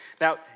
Now